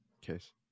case